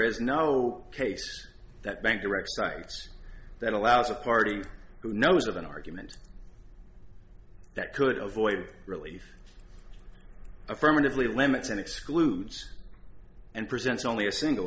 is no case that bank direct cites that allows a party who knows of an argument that could avoid relief affirmatively limits and excludes and presents only a single